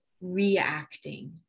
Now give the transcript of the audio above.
reacting